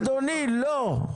אדוני, לא.